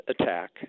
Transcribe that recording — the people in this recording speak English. attack